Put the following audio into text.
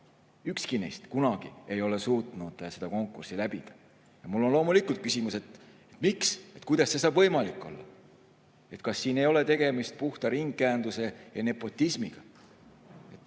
ükski neist ei ole suutnud kunagi seda konkurssi läbida. Ja mul on loomulikult küsimus, miks, kuidas see saab võimalik olla. Kas siin ei ole tegemist puhta ringkäenduse ja nepotismiga?